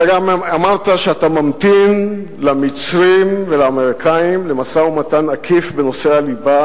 אתה גם אמרת שאתה ממתין למצרים ולאמריקנים למשא-ומתן עקיף בנושא הליבה.